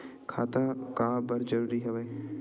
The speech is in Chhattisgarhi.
खाता का बर जरूरी हवे?